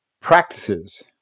practices